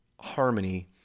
harmony